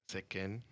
Second